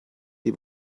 die